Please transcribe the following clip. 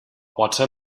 potser